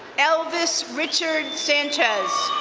elvis richard sanchez,